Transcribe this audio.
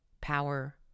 power